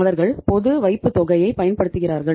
அவர்கள் பொது வைப்புத்தொகையைப் பயன்படுத்துகிறார்கள்